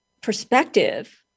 perspective